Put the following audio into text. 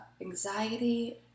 anxiety